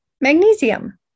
magnesium